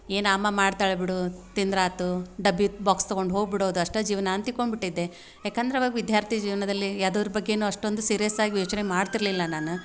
ಏನು ಅಮ್ಮ ಮಾಡ್ತಾಳೆ ಬಿಡು ತಿಂದ್ರಾಯ್ತು ಡಬ್ಬಿ ಬಾಕ್ಸ್ ತಗೊಂಡು ಹೋಗ್ಬಿಡೋದು ಅಷ್ಟೇ ಜೀವನ ಅಂತ ತಿಳ್ಕೊಂಡ್ಬಿಟ್ಟಿದ್ದೆ ಯಾಕಂದ್ರೆ ಆವಾಗ ವಿದ್ಯಾರ್ಥಿ ಜೀವನದಲ್ಲಿ ಯಾವ್ದರ ಬಗ್ಗೆಯೂ ಅಷ್ಟೊಂದು ಸಿರ್ಯಸ್ಸಾಗಿ ಯೋಚನೆ ಮಾಡ್ತಿರಲಿಲ್ಲ ನಾನು